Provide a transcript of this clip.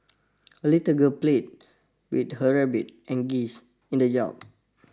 the little girl played with her rabbit and geese in the yard